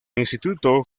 instituto